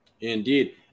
Indeed